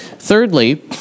Thirdly